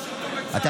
אז אתם ממשיכים עם זה.